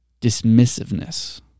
Dismissiveness